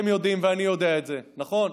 אתם יודעים ואני יודע את זה, נכון?